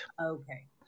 Okay